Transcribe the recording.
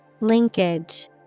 Linkage